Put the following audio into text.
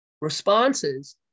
responses